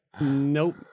Nope